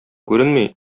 күренми